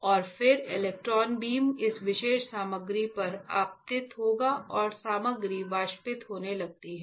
और फिर electron beam इस विशेष सामग्री पर आपतित होगा और सामग्री वाष्पित होने लगती है